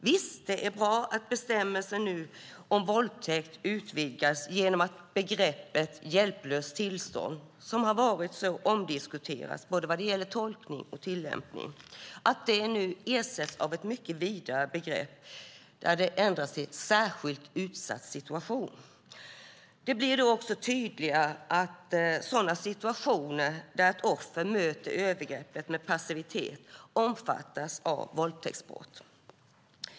Visst är det bra att bestämmelsen om våldtäkt utvidgas genom att begreppet "hjälplöst tillstånd", som har varit så omdiskuterat både vad gäller tolkning och vad gäller tillämpning, nu ersätts av ett mycket vidare begrepp när det ändras till "särskilt utsatt situation". Då blir det också tydligare att sådana situationer där ett offer möter övergreppet med passivitet omfattas av våldtäktsbrottet.